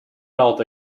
felt